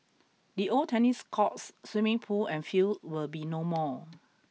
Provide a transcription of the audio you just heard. the old tennis courts swimming pool and field will be no more